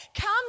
come